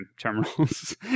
terminals